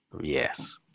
Yes